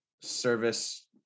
service